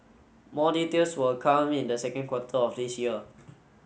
more details will come in the second quarter of this year